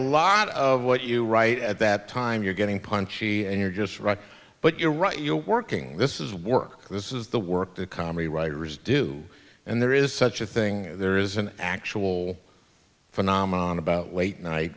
lot of what you write at that time you're getting punchy and you're just right but you're right you're working this is work this is the work the comedy writers do and there is such a thing there is an actual phenomenon about late night